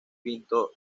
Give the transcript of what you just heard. pinto